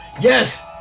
Yes